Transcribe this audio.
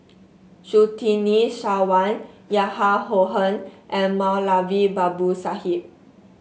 Surtini Sarwan Yahya and Moulavi Babu Sahib